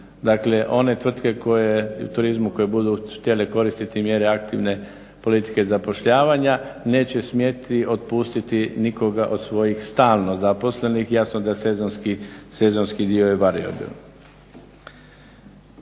dakle one tvrtke koje, u turizmu, koje budu htjele mjere aktivne politike i zapošljavanja neće smjeti otpustiti nikoga od svojih stalno zaposlenih. Jasno da sezonski dio je varijabilan.